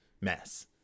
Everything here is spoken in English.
mess